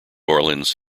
orleans